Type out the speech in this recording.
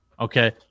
okay